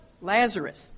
Lazarus